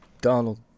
donald